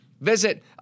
visit